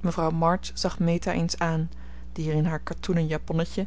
mevrouw march zag meta eens aan die er in haar katoenen japonnetje